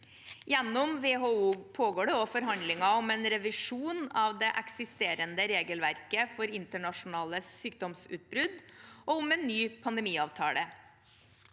Gjennom WHO pågår det også forhandlinger om en revisjon av det eksisterende regelverket for internasjonale sykdomsutbrudd, og om en ny pandemiavtale.